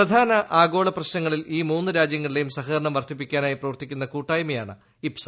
പ്രധാന ആഗോള പ്രശ്നങ്ങളിൽ ഈ മൂന്ന് രാജ്യങ്ങളുടെയും സഹകരണം വർദ്ധിപ്പിക്കാനായി പ്രവർത്തിക്കുന്ന കൂട്ടായ്മയാണ് ഇബ്സ